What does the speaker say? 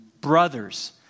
brothers